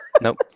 Nope